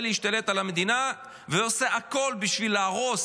להשתלט על המדינה ועושה הכול בשביל להרוס